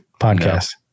podcast